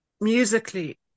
musically